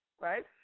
Right